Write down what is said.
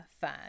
fun